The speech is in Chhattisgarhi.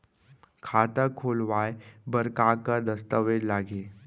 खाता खोलवाय बर का का दस्तावेज लागही?